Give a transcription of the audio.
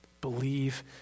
Believe